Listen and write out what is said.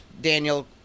Daniel